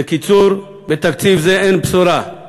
בקיצור, בתקציב זה אין בשורה,